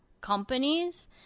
companies